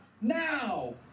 now